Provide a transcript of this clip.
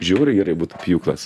žiauriai gerai būtų pjūklas